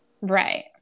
Right